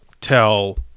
tell